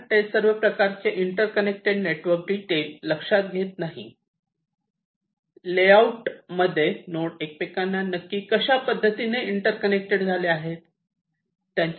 कारण ते सर्व प्रकारचे इंटर्कनेक्शन नेटवर्क डिटेल लक्षात घेत नाही लेआउट मध्ये नोड एकमेकांना नक्की कशा पद्धतीने इंटर्कनेक्ट झाले आहे